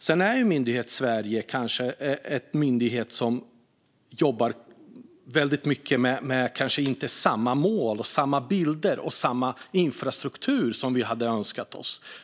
Sedan kanske Myndighetssverige inte jobbar med samma mål, bilder och infrastruktur som vi hade önskat.